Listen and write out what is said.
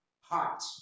heart